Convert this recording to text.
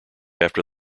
after